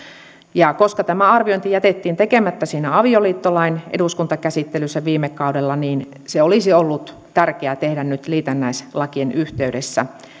ja koska tämä arviointi jätettiin tekemättä siinä avioliittolain eduskuntakäsittelyssä viime kaudella niin se olisi ollut tärkeä tehdä nyt liitännäislakien yhteydessä